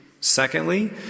Secondly